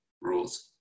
rules